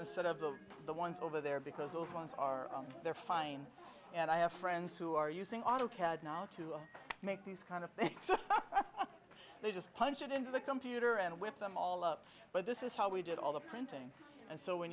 set of the the ones over there because those ones are they're fine and i have friends who are using autocad now to make these kind of stuff they just punch it into the computer and whip them all up but this is how we did all the printing and so when